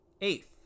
Eighth